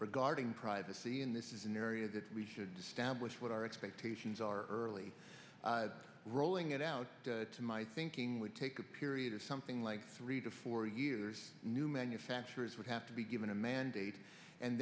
regarding privacy and this is an area that we should stablished what our expectations are early rolling it out to my thinking would take a period of something like three to four years new manufacturers would have to be given a mandate and